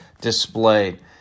displayed